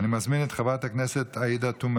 אני מזמין את חברת הכנסת עאידה תומא